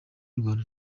rwanda